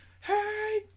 Hey